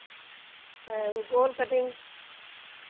अरे वो गोल कटिंग